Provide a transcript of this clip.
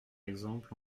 exemple